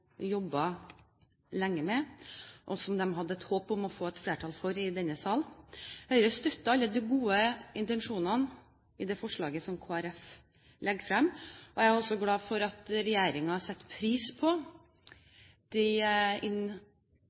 denne sal. Høyre støtter alle de gode intensjonene i det forslaget som Kristelig Folkeparti legger frem. Jeg er også glad for at regjeringen setter pris på de